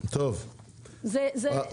אבל זה שהוא יעלה אתה יכול להגיד באופן כללי.